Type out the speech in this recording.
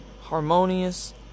harmonious